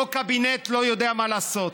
אותו קבינט לא יודע מה לעשות.